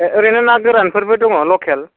ए ओरैनो ना गोरानफोरबो दङ लखेल